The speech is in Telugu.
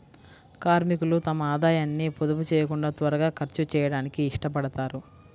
కార్మికులు తమ ఆదాయాన్ని పొదుపు చేయకుండా త్వరగా ఖర్చు చేయడానికి ఇష్టపడతారు